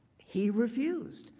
he refused.